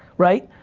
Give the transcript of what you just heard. right?